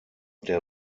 der